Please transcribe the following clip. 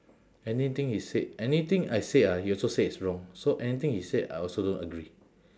anything he say anything I say ah he also say it's wrong so anything he say I also don't agree